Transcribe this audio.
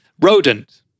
Rodent